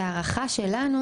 ההערכה שלנו